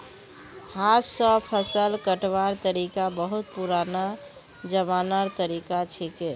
हाथ स फसल कटवार तरिका बहुत पुरना जमानार तरीका छिके